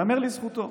ייאמר לזכותו.